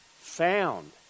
found